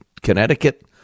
Connecticut